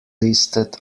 listed